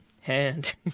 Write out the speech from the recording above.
Hand